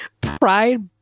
pride